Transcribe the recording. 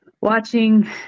watching